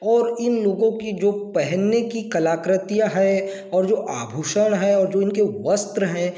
और इन लोगों की जो पहनने की कलाकृतियाँ है और जो आभूषण है जो इनके वस्त्र हैं